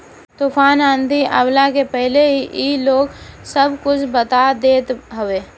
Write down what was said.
तूफ़ान आंधी आवला के पहिले ही इ लोग सब कुछ बता देत हवे